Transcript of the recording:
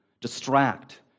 distract